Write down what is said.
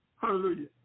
hallelujah